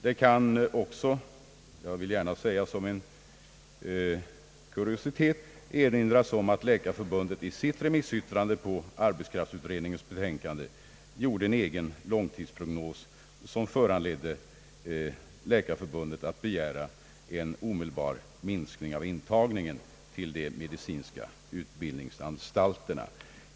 Det kan också — jag vill gärna säga som en kuriositet — erinras om att Läkarförbundet i sitt remissyttrande på arbetskraftsutredningens betänkande gjorde en egen långtidsprognos, som föranledde Läkarförbundet att begära en omedelbar minskning av intagningen till de medicinska utbildningsanstalterna.